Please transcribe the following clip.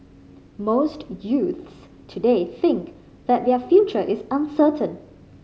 most youths today think that their future is uncertain